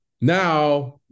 now